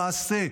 מעשה,